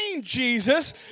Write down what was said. Jesus